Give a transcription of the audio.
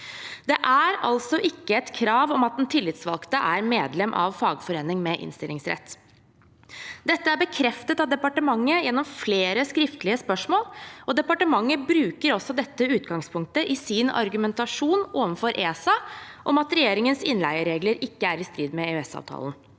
Det er altså ikke et krav om at den tillitsvalgte er medlem av fagforening med innstillingsrett. Dette er bekreftet av departementet gjennom flere skriftlige spørsmål, og departementet bruker dette utgangspunktet i sin argumentasjon overfor ESA om at regjeringens innleieregler ikke er i strid med EØS-avtalen.